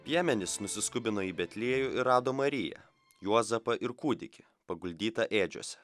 piemenys nusiskubino į betliejų ir rado mariją juozapą ir kūdikį paguldytą ėdžiose